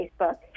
facebook